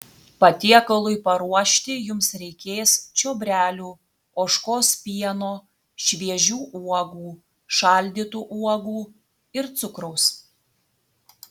patiekalui paruošti jums reikės čiobrelių ožkos pieno šviežių uogų šaldytų uogų ir cukraus